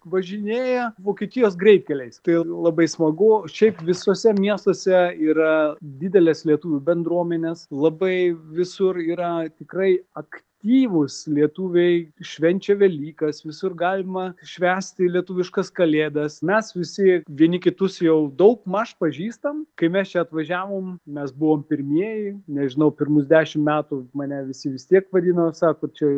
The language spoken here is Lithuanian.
važinėja vokietijos greitkeliais tai labai smagu šiaip visuose miestuose yra didelės lietuvių bendruomenės labai visur yra tikrai aktyvūs lietuviai švenčia velykas visur galima švęsti lietuviškas kalėdas mes visi vieni kitus jau daugmaž pažįstam kai mes čia atvažiavom mes buvom pirmieji nežinau pirmus dešim metų mane visi vis tiek vadino sako čia